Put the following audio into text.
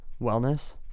Wellness